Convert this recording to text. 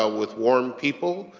ah with warm people,